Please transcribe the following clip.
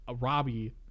Robbie